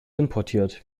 importiert